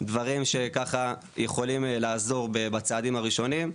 דברים שיכולים לעזור בצעדים הראשונים.